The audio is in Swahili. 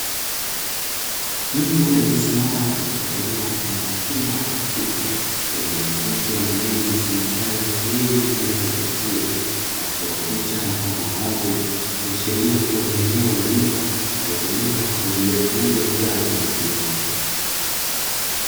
Mtu aliyesimama katika eneo mfano wa chumba ama duka lililochapishwa maneno yasomekayo "Kieni bidhaa za maziwa" na kuchorwa picha mfano wa ng'ombe, ikiashiria kuwa ni eneo la duka linalotumika kuuza bidhaa za maziwa.